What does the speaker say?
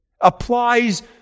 applies